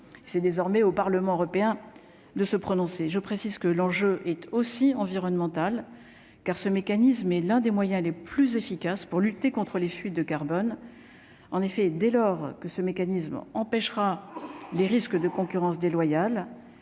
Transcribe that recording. c'est désormais au Parlement européen de se prononcer, je précise que l'enjeu est aussi environnemental car ce mécanisme est l'un des moyens les plus efficaces pour lutter contre les fuites de carbone, en effet, dès lors que ce mécanisme empêchera les risques de concurrence déloyale,